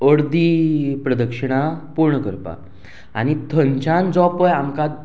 अर्दी प्रदक्षिणां पूर्ण करपाक आनी थंयच्यान जो पय आमकां